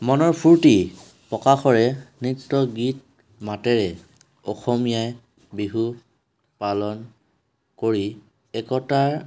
মনৰ ফূৰ্তি প্ৰকাশেৰে নৃত্য গীত মাতেৰে অসমীয়াই বিহু পালন কৰি একতাৰ